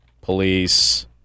Police